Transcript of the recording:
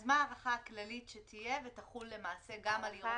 אז מה ההארכה הכללית שתהיה ותחול למעשה גם על ערעור?